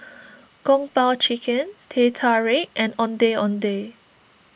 Kung Po Chicken Teh Tarik and Ondeh Ondeh